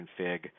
config